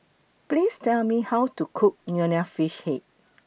Please Tell Me How to Cook Nonya Fish Head